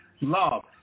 love